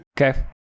Okay